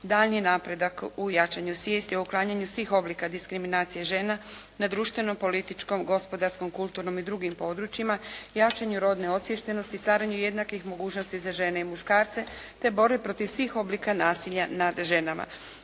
daljnji napredak u jačanju svijesti o uklanjanju svih oblika diskriminacije žena na društvenom, političkom, gospodarskom, kulturnom i drugim područjima, jačanju rodne osviještenosti, stvaranju jednakih mogućnosti za žene i muškarce te borbe protiv svih oblika nasilja nad ženama.